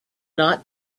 not